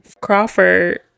Crawford